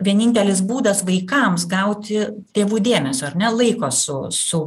vienintelis būdas vaikams gauti tėvų dėmesio ar ne laiko su su